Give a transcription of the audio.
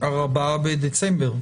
4 בדצמבר,